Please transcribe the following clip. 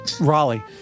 Raleigh